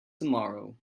tomorrow